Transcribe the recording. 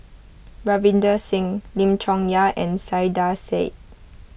Ravinder Singh Lim Chong Yah and Saiedah Said